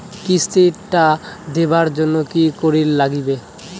কিস্তি টা দিবার জন্যে কি করির লাগিবে?